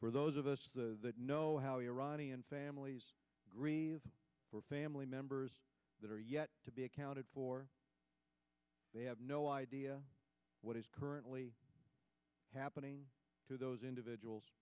for those of us the know how iranian families grieve for family members that are yet to be accounted for they have no idea what is currently happening to those individuals